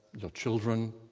your children,